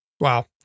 Wow